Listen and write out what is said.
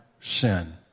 sin